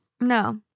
No